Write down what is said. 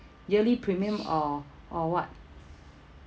yearly premium or or what